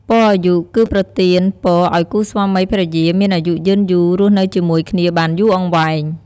ពរអាយុ គឺប្រទានពរឲ្យគូស្វាមីភរិយាមានអាយុយឺនយូរ រស់នៅជាមួយគ្នាបានយូរអង្វែង។